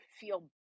feel